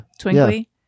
Twinkly